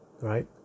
right